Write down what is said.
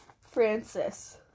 Francis